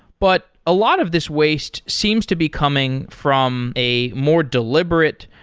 but a lot of this waste seems to be coming from a more deliberate,